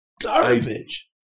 garbage